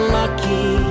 lucky